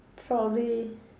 probably